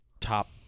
top –